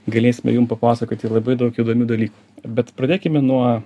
galėsime jum papasakoti labai daug įdomių dalykų bet pradėkime nuo